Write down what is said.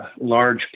large